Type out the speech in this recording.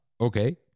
Okay